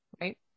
Right